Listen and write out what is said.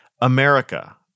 America